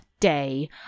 day